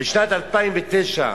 בשנת 2009,